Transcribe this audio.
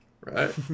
Right